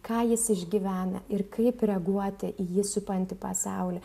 ką jis išgyvena ir kaip reaguoti į jį supantį pasaulį